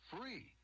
Free